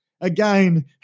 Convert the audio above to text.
Again